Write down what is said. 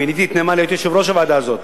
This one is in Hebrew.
מיניתי את נאמן להיות יושב-ראש הוועדה הזאת,